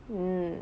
ya